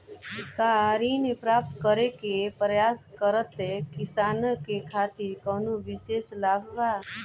का ऋण प्राप्त करे के प्रयास करत किसानन के खातिर कोनो विशेष लाभ बा